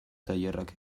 tailerrak